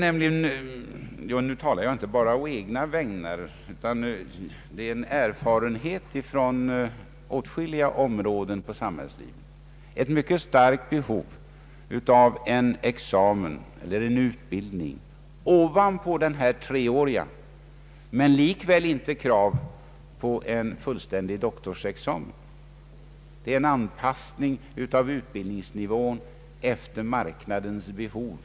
Nu talar jag inte bara å egna vägnar utan också med utgångspunkt från erfarenhet inom åtskilliga områden av samhällslivet. Det finns ett mycket starkt behov av en examen eller en utbildning ovanpå den nuvarande treåriga. Däremot finns inga krav på en fullständig doktorsexamen. Det skall vara en anpassning av utbildningsnivån efter marknadens behov.